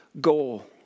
goal